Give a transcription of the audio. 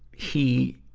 he,